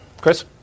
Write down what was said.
Chris